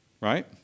right